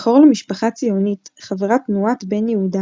בכור למשפחה ציונית חברת תנועת "בן יהודה",